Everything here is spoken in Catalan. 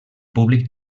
públic